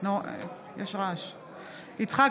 יצחק